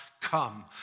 come